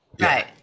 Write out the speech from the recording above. Right